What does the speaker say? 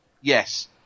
Yes